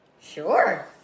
Sure